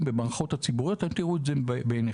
במערכות ציבוריות כדי שאתם תראו את זה בעיניכם.